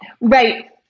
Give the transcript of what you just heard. Right